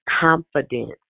confident